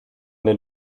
den